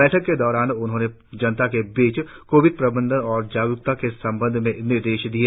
बैठक के दौरान उन्होंने जनता के बीच कोविड प्रबंधन और जागरूकता के संबंध में निर्देश दिए